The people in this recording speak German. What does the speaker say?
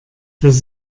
das